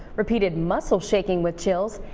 repeated muscle shaking with chills,